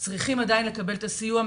עדיין צריכים לקבל את הסיוע.